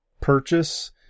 purchase